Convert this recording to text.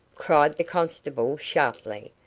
cried the constable, sharply,